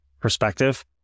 perspective